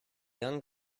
young